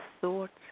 thoughts